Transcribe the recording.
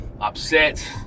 upset